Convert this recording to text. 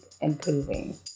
improving